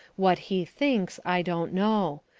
what he thinks i don't know.